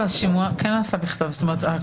השימוע נעשה בכתב זה הכלל.